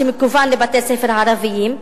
מה שמכוון לבתי-ספר ערביים,